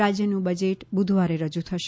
રાજ્યનું બજેટ બુધવારે રજુ થશે